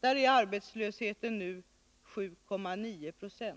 Där är arbetslösheten nu 7,9 90.